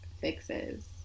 fixes